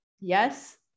Yes